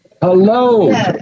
Hello